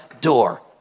door